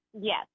Yes